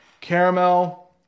Caramel